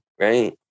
right